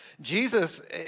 Jesus